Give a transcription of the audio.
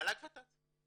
מל"ג ות"ת.